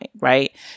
right